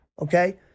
okay